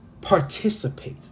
participate